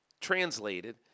Translated